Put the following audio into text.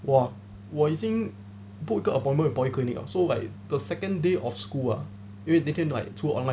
我 ah 我已经 book 一个 appointment with polyclinic liao so like the second day of school ah 因为那天 like two online